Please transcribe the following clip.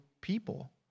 people